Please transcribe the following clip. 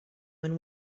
when